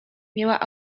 miała